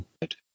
good